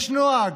יש נוהג,